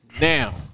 Now